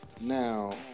now